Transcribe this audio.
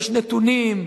יש נתונים,